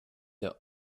der